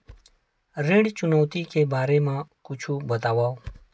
ऋण चुकौती के बारे मा कुछु बतावव?